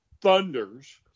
Thunders